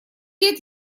лет